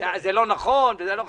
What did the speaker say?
זה לא נכון, זה לא זה.